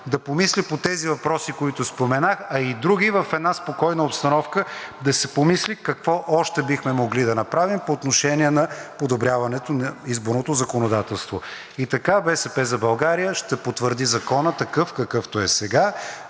да помисли по тези въпроси, които споменах, а и други – в една спокойна обстановка да се помисли какво още бихме могли да направим по отношение на подобряването на изборното законодателство. И така „БСП за България“ ще потвърди Закона такъв, какъвто е сега